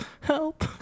Help